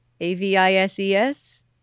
A-V-I-S-E-S